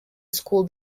school